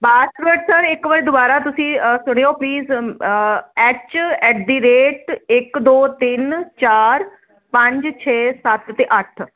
password sir ਇੱਕ ਵਾਰ ਦੁਬਾਰਾ ਤੁਸੀਂ ਸੁਣਿਓ please H at the rate ਇਕ ਦੋ ਤਿੰਨ ਚਾਰ ਪੰਜ ਛੇ ਸੱਤ ਤੇ ਅੱਠ